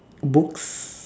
books